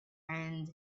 and